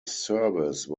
service